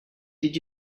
did